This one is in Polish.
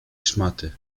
szmaty